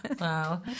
Wow